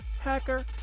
hacker